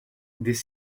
des